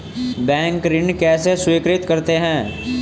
Bank ऋण कैसे स्वीकृत करते हैं?